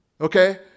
Okay